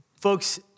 folks